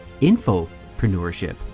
Infopreneurship